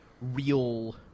real